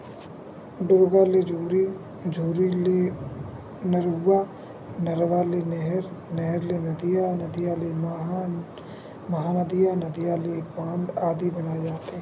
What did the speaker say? ढोरगा ले झोरी, झोरी ले नरूवा, नरवा ले नहर, नहर ले नदिया, नदिया ले महा नदिया, नदिया ले बांध आदि बनाय जाथे